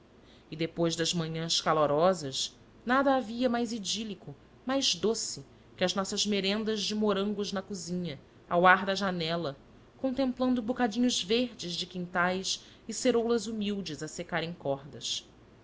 e depois das manhãs calorosas nada havia mais idílico mais doce que as nossas merendas de morangos na cozinha ao ar da janela contemplando bocadinhos verdes de quintais e ceroulas humildes a secar em cordas